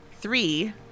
three